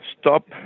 stop